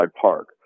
Park